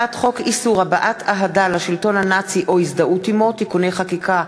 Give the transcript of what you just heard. הצעת חוק איסור הבעת אהדה לשלטון הנאצי או הזדהות עמו (תיקוני חקיקה),